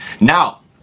Now